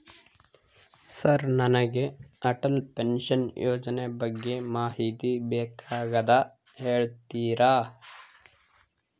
Sir ನನಗೆ Atal pension ಯೋಜನೆ ಬಗ್ಗೆ ಮಾಹಿತಿ ಬೇಕಾಗ್ಯದ ಹೇಳ್ತೇರಾ?